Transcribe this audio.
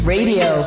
Radio